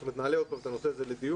נעלה עוד פעם את הנושא הזה לדיון.